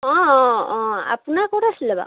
অঁ অঁ অঁ আপোনাৰ ক'ত আছিলে বাৰু